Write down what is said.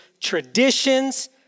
traditions